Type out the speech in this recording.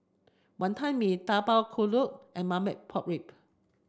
Wantan Mee Tapak Kuda and Marmite Pork Rib